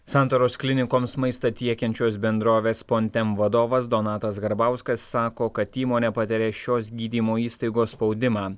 santaros klinikoms maistą tiekiančios bendrovės pontem vadovas donatas garbauskas sako kad įmonė patiria šios gydymo įstaigos spaudimą